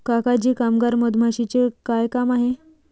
काका जी कामगार मधमाशीचे काय काम आहे